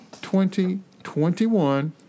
2021